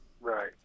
Right